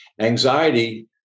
Anxiety